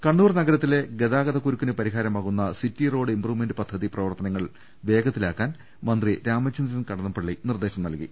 കണ്ണൂർ നഗരത്തിലെ ഗതാഗതക്കുരുക്കിന് പരിഹാരമാ വുന്ന സിറ്റി റോഡ് ഇംപ്രൂവ്മെന്റ് പദ്ധതി പ്രവർത്തനങ്ങൾ വേഗത്തിലാക്കാൻ മന്ത്രി രാമചന്ദ്രൻ കടന്നപ്പള്ളി നിർദ്ദേശം നൽകി